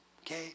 okay